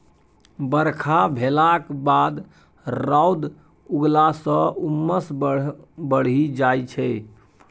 बरखा भेलाक बाद रौद उगलाँ सँ उम्मस बड़ बढ़ि जाइ छै